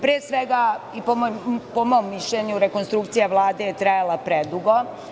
Pre svega, i po mom mišljenju, rekonstrukcija Vlade je trajala predugo.